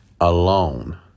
alone